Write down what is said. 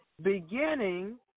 beginning